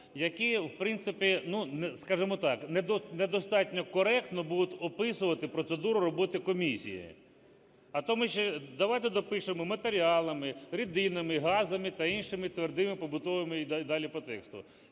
які в принципі, ну скажемо так, недостатньо коректно будуть описувати процедуру роботи комісії. А то ми ще давайте допишемо: матеріалами, рідинами, газами та іншими твердими побутовими… і далі по тексту.